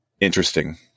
interesting